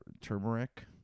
turmeric